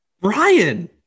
Brian